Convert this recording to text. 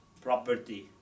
property